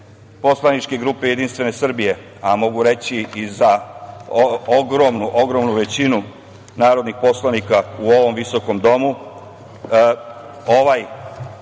Poslaničke grupe Jedinstvene Srbije, a mogu reći i za ogromnu većinu narodnih poslanika u ovom visokom domu, ovaj